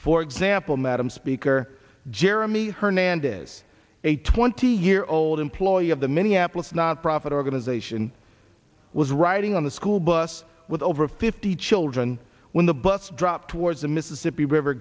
for example madam speaker jeremy hernandez a twenty year old employee of the minneapolis nonprofit organization was riding on the school bus with over fifty children when the bus dropped towards the mississippi river